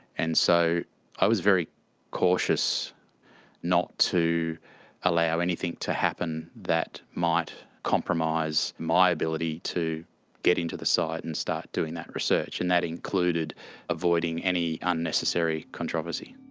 and so i was very cautious not to allow anything to happen that might compromise my ability to get into the site and start doing that research and that included avoiding any unnecessary controversy.